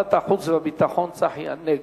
ועדת החוץ והביטחון צחי הנגבי.